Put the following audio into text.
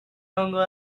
longer